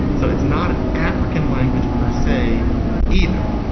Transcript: so it's not an african language persay either.